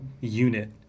unit